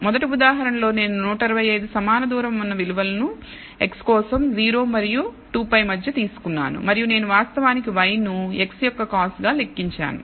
మొదటి ఉదాహరణలో నేను 125 సమాన దూరం ఉన్న విలువలు ను x కోసం 0 మరియు 2 π మధ్య తీసుకున్నాను మరియు నేను వాస్తవానికి y ను x యొక్క cos గా లెక్కించాను